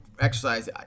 exercise